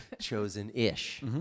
Chosen-ish